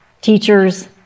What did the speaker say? teachers